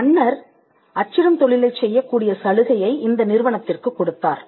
மன்னர் அச்சிடும் தொழிலைச் செய்யக்கூடிய சலுகையை இந்த நிறுவனத்திற்குக் கொடுத்தார்